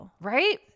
Right